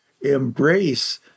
embrace